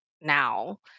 now